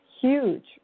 huge